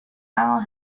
own